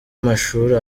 mashuri